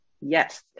Yes